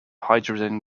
hydrogen